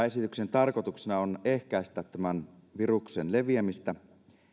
esityksen tarkoituksena on ehkäistä tämän viruksen leviämistä